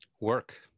Work